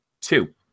two